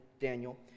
Daniel